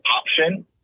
option